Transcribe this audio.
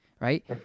right